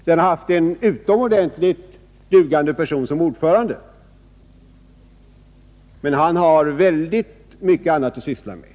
Den har haft en utomordentligt dugande person som ordförande; men han har väldigt mycket annat att syssla med.